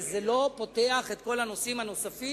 שזה לא פותח את כל הנושאים הנוספים,